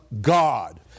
God